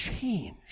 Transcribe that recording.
change